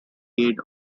aid